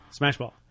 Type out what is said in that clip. Smashball